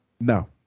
No